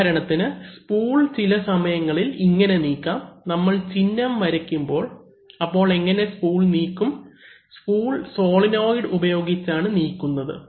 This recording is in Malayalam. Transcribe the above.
ഉദാഹരണത്തിന് സ്പൂൾ ചില സമയങ്ങളിൽ ഇങ്ങനെ നീക്കാം നമ്മൾ ചിഹ്നം വരയ്ക്കുമ്പോൾ അപ്പോൾ എങ്ങനെ സ്പൂൾ നീക്കം സ്പൂൾ സോളിനോയ്ഡ് ഉപയോഗിച്ചാണ് നീക്കുന്നത്